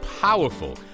powerful